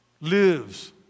lives